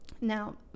now